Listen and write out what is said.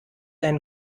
ein